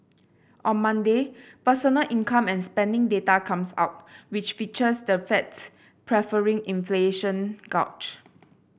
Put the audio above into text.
on Monday personal income and spending data comes out which features the Fed's preferred inflation gauge